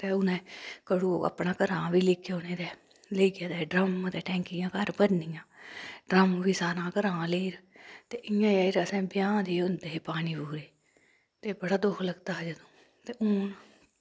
ते उनैं घड़ु अपना घरां बी लेई औने ते लेईयै ते डराम्म ते टैंकियां घर भरनियां डराम्म बी सारां घरा लेई र ते इयां गै असैं ब्याहंं दे होंदे हे पानी पूरे ते बड़ा दुख लगदा हा जदूं ते हून